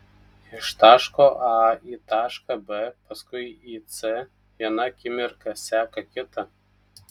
iš taško a į tašką b paskui į c viena akimirka seka kitą